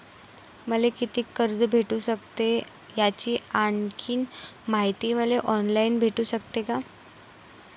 मले कितीक कर्ज भेटू सकते, याची आणखीन मायती मले ऑनलाईन भेटू सकते का?